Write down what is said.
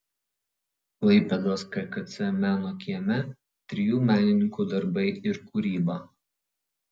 klaipėdos kkc meno kieme trijų menininkų darbai ir kūryba